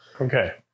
Okay